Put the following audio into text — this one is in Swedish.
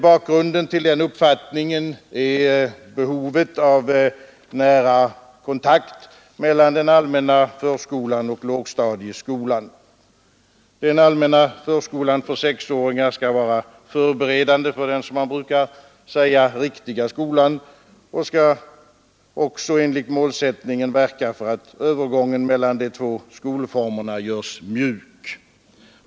Bakgrunden till den uppfattningen är behovet av lärarkontakt mellan den allmänna förskolan och lågstadieskolan. Den allmänna förskolan för sexåringar skall vara förberedande för den, som man brukar säga, riktiga skolan och skall också enligt målsättningen verka för att övergången mellan de två skolformerna görs mjuk.